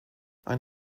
ein